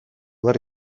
behar